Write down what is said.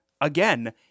again